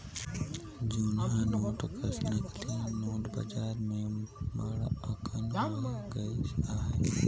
जुनहा नोट कस नकली नोट बजार में अब्बड़ अकन होए गइन अहें